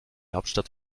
hauptstadt